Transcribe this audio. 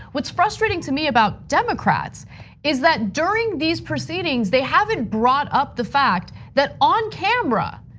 what's frustrating to me about democrats is that during these proceedings, they haven't brought up the fact that on camera,